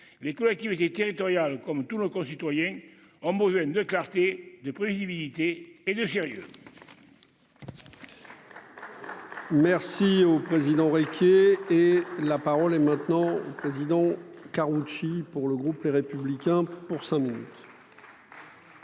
les collectivités territoriales, comme tous nos concitoyens homogène de clarté de prévisibilité et de sérieux. Merci au président Riquier et la parole est maintenant président Karoutchi pour le groupe Les Républicains pour ça.